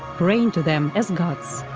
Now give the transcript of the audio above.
praying to them as gods.